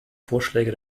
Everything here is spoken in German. vorschläge